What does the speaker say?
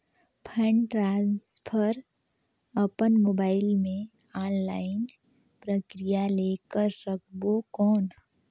Fund transfer अपन mobile मे online प्रक्रिया ले कर सकबो कौन?